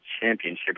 championship